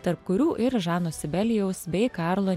tarp kurių ir žano sibelijaus bei karlo